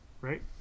right